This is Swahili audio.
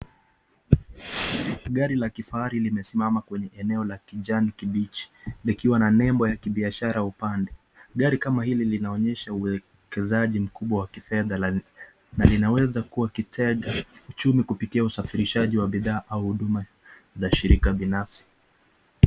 Gari la kifahari limesimama kwenye eneo la kijani kibichi, likiwa na nembo ya kibiashara upande. Gari kama hili linaonyesha uekezaji mkubwa wa kifedha na linaweza kuwa kitega uchumi kupitia usafirishaji wa bidhaa au huduma za shirika binafsi.